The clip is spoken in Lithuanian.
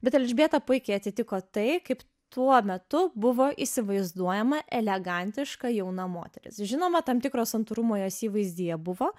bet elžbieta puikiai atitiko tai kaip tuo metu buvo įsivaizduojama elegantiška jauna moteris žinoma tam tikro santūrumo jos įvaizdyje buvo